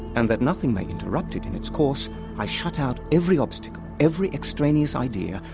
and that nothing may interrupt it in its course i shut out every obstacle, every extraneous idea,